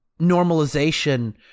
normalization